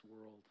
world